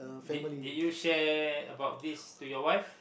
did did you share about this to your wife